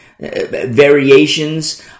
variations